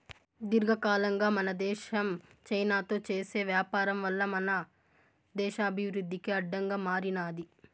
దీర్ఘకాలంగా మన దేశం చైనాతో చేసే వ్యాపారం వల్ల మన దేశ అభివృద్ధికి అడ్డంగా మారినాది